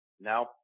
now